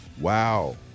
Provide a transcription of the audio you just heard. Wow